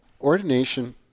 ordination